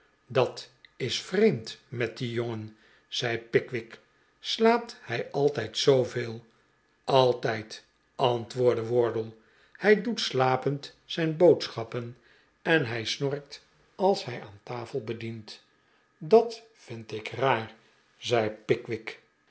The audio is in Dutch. dat is vrecmd met dien jongen zei pickwick slaapt hij altijd zooveel altijd antwoordde wardle hij doet slapend zijn boodschappen en hij snorkt als hij aan tafel bedient dat vind ik raar zei pickwick